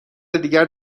دیگر